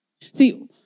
See